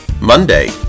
Monday